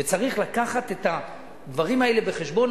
וצריך להביא את הדברים האלה בחשבון.